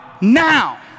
now